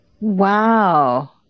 Wow